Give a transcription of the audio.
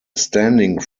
standing